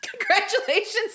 Congratulations